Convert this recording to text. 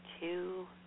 two